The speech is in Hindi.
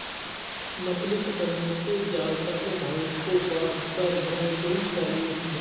मछली पकड़ने के जाल पतले धागे को बांधकर बनाई गई जाली होती हैं